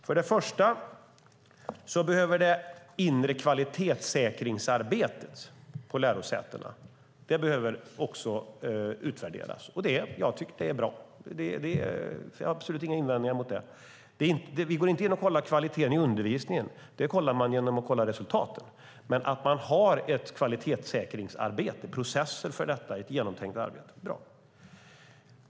För det första behöver det inre kvalitetssäkringsarbetet på lärosätena utvärderas. Det tycker jag är bra. Jag har absolut inga invändningar mot det. Vi går inte in och kollar kvaliteten i undervisningen - det kollar man genom att kolla resultaten. Men att man har ett kvalitetssäkringsarbete - processer för detta i ett genomtänkt arbete - är bra.